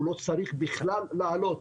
זה לא צריך בכלל לעלות.